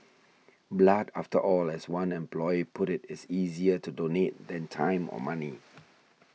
blood after all as one employee put it is easier to donate than time or money